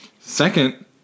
Second